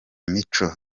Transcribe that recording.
mico